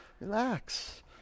relax